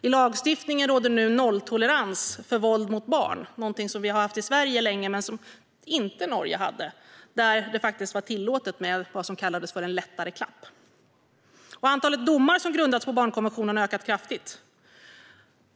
I lagstiftningen råder nu nolltolerans för våld mot barn, någonting som vi har haft länge i Sverige men som Norge inte hade. Där var det faktiskt tillåtet med vad som kallades en lättare klapp. Antalet domar som grundas på barnkonventionen har ökat kraftigt.